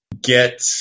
get